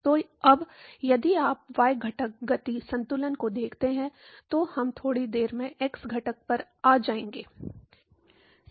तो अब यदि आप y घटक गति संतुलन को देखते हैं तो हम थोड़ी देर में x घटक पर आ जाएंगे